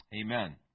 Amen